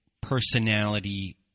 personality